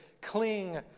cling